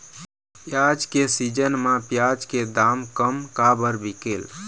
प्याज के सीजन म प्याज के दाम कम काबर बिकेल?